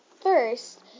first